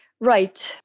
Right